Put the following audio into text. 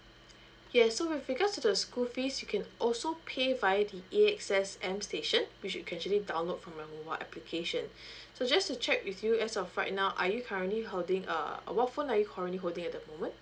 yes so with regards to the school fees you can also pay via the AXS m station which you can actually download from your wha~ application so just to check with you as of right now are you currently holding a what phone are you currently holding at the moment